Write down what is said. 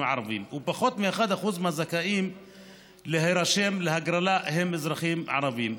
הערביים ופחות מ-1% מהזכאים להירשם להגרלה הם אזרחים ערבים.